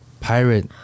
pirate